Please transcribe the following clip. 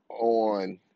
on